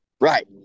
right